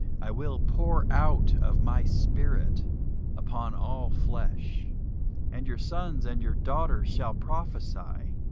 i will pour out of my spirit upon all flesh and your sons and your daughters shall prophesy,